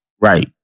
Right